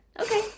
Okay